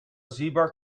zebra